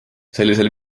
sellisel